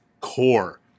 core